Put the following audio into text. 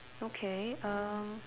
okay err